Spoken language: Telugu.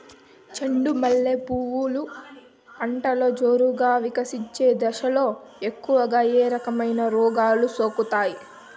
చెండు మల్లె పూలు పంటలో జోరుగా వికసించే దశలో ఎక్కువగా ఏ రకమైన రోగాలు సోకుతాయి?